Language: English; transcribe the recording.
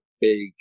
big